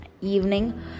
evening